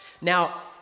Now